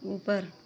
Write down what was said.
ऊपर